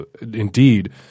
indeed